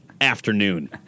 afternoon